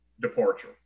departure